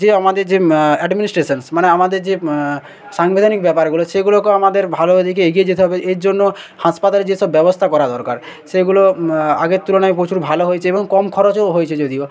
যে আমাদের যে অ্যাডমিনিস্ট্রেশনস মানে আমাদের যে সাংবিধানিক ব্যাপারগুলো সেগুলোকেও আমাদের ভালো দিকে এগিয়ে যেতে হবে এর জন্য হাসপাতালে যেসব ব্যবস্থা করা দরকার সেগুলো আগের তুলনায় প্রচুর ভালো হয়েছে এবং কম খরচেও হয়েছে যদিও